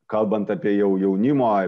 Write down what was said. kalbant apie jau jaunimo